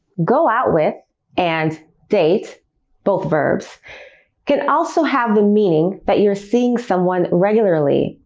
go out with and date' both verbs can also have the meaning that you're seeing someone regularly,